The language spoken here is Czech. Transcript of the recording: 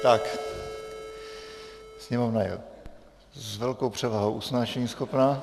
Tak, Sněmovna je s velkou převahou usnášeníschopná.